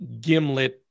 gimlet